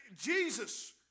Jesus